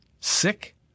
Sick